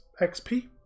XP